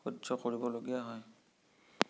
সহ্য কৰিবলগীয়া হয়